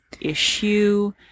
issue